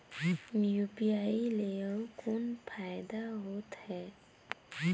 UPI ले अउ कौन फायदा होथ है?